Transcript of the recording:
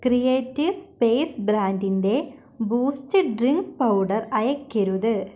creative space ബ്രാൻഡിന്റെ Boost drink powder അയയ്ക്കരുത്